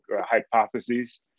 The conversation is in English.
hypotheses